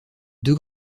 deux